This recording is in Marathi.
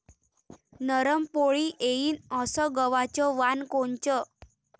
नरम पोळी येईन अस गवाचं वान कोनचं?